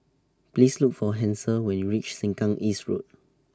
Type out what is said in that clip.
Please Look For Hansel when YOU REACH Sengkang East Road